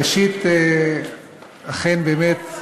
ראשית, אכן באמת,